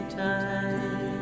time